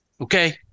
okay